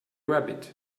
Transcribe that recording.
rabbit